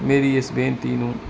ਮੇਰੀ ਇਸ ਬੇਨਤੀ ਨੂੰ